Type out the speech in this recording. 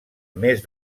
més